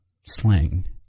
slang